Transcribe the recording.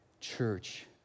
church